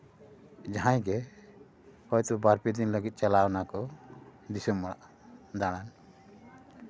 ᱡᱟᱦᱟᱸᱭ ᱜᱮ ᱦᱳᱭᱛᱳ ᱵᱟᱨ ᱯᱮ ᱫᱤᱱ ᱞᱟᱹᱜᱤᱫ ᱪᱟᱞᱟᱣ ᱱᱟᱠᱚ ᱫᱤᱥᱚᱢ ᱚᱲᱟᱜ ᱫᱟᱬᱟᱱ